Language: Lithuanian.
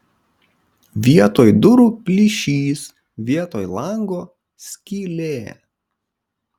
vietoj durų plyšys vietoj lango skylė